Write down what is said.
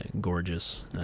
Gorgeous